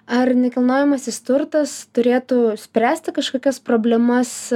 ar nekilnojamasis turtas turėtų spręsti kažkokias problemas